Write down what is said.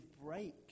break